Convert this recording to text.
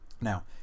now